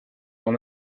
dans